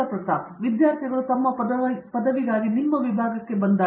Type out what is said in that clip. ಪ್ರತಾಪ್ ಹರಿಡೋಸ್ ವಿದ್ಯಾರ್ಥಿಗಳು ತಮ್ಮ ಪದವಿಗಾಗಿ ನಿಮ್ಮ ವಿಭಾಗಕ್ಕೆ ಬಂದಾಗ